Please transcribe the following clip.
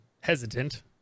hesitant